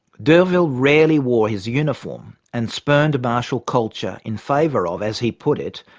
d'urville rarely wore his uniform and spurned martial culture in favour of, as he put it,